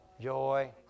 joy